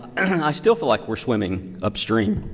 i still feel like we're swimming upstream.